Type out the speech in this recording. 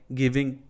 giving